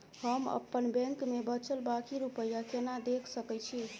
हम अप्पन बैंक मे बचल बाकी रुपया केना देख सकय छी?